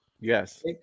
Yes